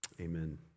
Amen